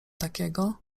takiego